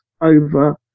over